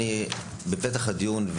בפתח הדיון,